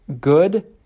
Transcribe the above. good